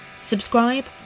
Subscribe